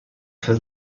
for